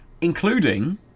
including